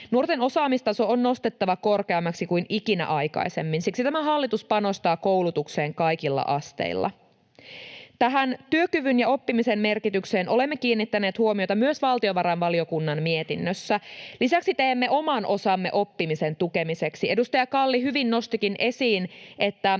Nuorten osaamistaso on nostettava korkeammaksi kuin ikinä aikaisemmin. Siksi tämä hallitus panostaa koulutukseen kaikilla asteilla. Tähän työkyvyn ja oppimisen merkitykseen olemme kiinnittäneet huomiota myös valtiovarainvaliokunnan mietinnössä. Lisäksi teemme oman osamme oppimisen tukemiseksi. Edustaja Kalli hyvin nostikin esiin,